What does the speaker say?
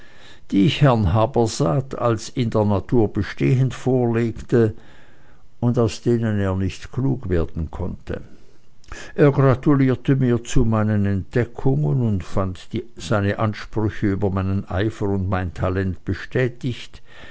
die ich herrn habersaat als in der natur bestehend vorlegte und aus denen er nicht klug werden konnte er gratulierte mir zu meinen entdeckungen und fand seine aussprüche über meinen eifer und mein talent bestätigt